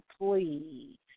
please